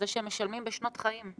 על זה שהם משלמים בשנות חיים.